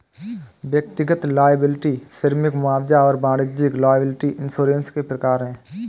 व्यक्तिगत लॉयबिलटी श्रमिक मुआवजा और वाणिज्यिक लॉयबिलटी इंश्योरेंस के प्रकार हैं